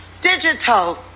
digital